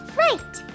right